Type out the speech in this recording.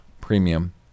premium